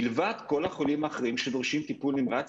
מלבד כל החולים האחרים שדורשים טיפול נמרץ